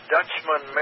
Dutchman